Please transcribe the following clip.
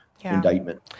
indictment